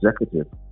executive